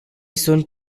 sunt